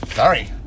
Sorry